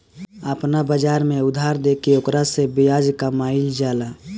आपना बाजार में उधार देके ओकरा से ब्याज कामईल जाला